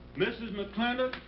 mrs. mclintock,